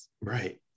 Right